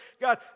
God